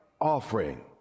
Offering